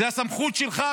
זאת הסמכות שלך,